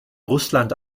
russland